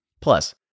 Plus